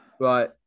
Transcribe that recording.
right